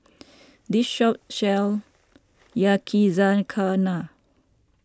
the shop sells Yakizakana